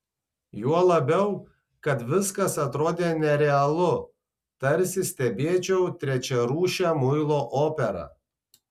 juo labiau kad viskas atrodė nerealu tarsi stebėčiau trečiarūšę muilo operą